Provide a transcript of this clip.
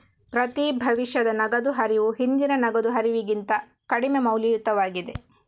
ಪ್ರತಿ ಭವಿಷ್ಯದ ನಗದು ಹರಿವು ಹಿಂದಿನ ನಗದು ಹರಿವಿಗಿಂತ ಕಡಿಮೆ ಮೌಲ್ಯಯುತವಾಗಿದೆ